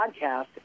podcast